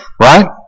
right